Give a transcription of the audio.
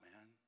man